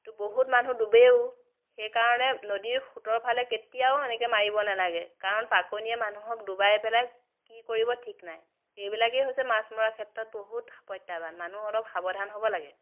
তো বহুত মানুহ ডুবেও সেইকাৰণে নদীৰ সোঁতৰ ফালে কেতিয়াও এনেকৈ মাৰিব নালাগে কাৰণ পাকনীয়ে মানুহক ডুবাই পেলাই কি কৰিব ঠিক নাই এইবিলাকেই হৈছে মাছ মৰাৰ ক্ষেত্ৰত বহুত প্ৰত্যাহ্বান মানুহ অলপ সাৱধান হ'ব লাগে